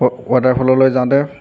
water ফ'ল'লৈ যাওঁতে